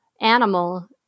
animal